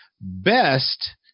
best